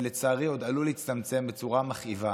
ולצערי עוד עלול להצטמצם בצורה מכאיבה,